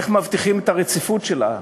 איך מבטיחים את הרציפות שלה,